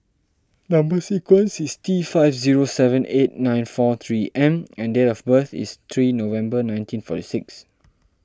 Number Sequence is T five zero seven eight nine four three M and date of birth is three November nineteen forty six